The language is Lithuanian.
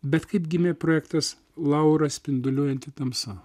bet kaip gimė projektas laura spinduliuojanti tamsa